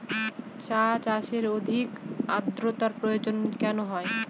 চা চাষে অধিক আদ্রর্তার প্রয়োজন কেন হয়?